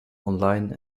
online